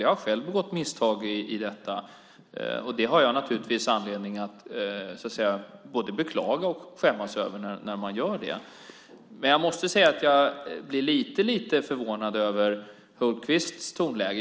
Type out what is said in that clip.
Jag har själv begått misstag. Det har jag naturligtvis anledning att både beklaga och skämmas över. Jag blir lite förvånad över Hultqvists tonläge.